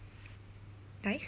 nice